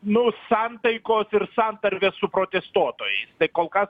nu santaikos ir santarvės su protestuotojais tai kol kas